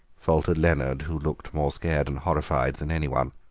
faltered leonard, who looked more scared and horrified than anyone.